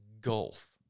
gulf